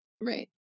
right